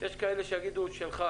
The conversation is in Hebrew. יש כאלה שיגידו ששלך